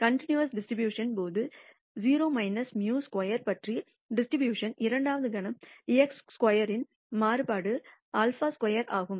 continuous டிஸ்ட்ரிபூஷணனின் போது 0 μ square பற்றிய டிஸ்ட்ரிபூஷணனின் இரண்டாவது கணம் x ஸ்கொயர் இன் மாறுபாடு σ2 ஆகும்